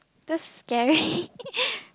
that's scary